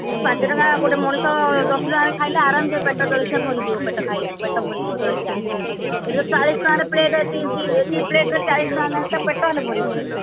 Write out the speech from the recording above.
ମୁଁ ପାଞ୍ଚଟଙ୍କା ଗୋଟେ ମଣିଷ ଦଶଟଙ୍କାରେ ଖାଇଲେ ଆରାମ ସେ ପେଟ ଜଳଖିଆ ଭରିଯିବ ପେଟ ଖାଇ ପେଟ ଭରିଯିବ ଜଳଖିଆ ଏଇଠି ତ ଚାଳିଶ ଟଙ୍କାରେ ପ୍ଲେଟ୍ରେ ଏତିକି ଦି ପ୍ଲେଟ୍ରେ ଚାଳିଶ ଟଙ୍କା ନେଖା ତ ପେଟ ହେଲେ ଭରିବନି